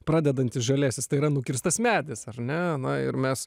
pradedantis žaliasis tai yra nukirstas medis ar ne na ir mes